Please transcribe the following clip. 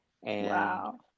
Wow